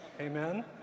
Amen